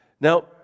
Now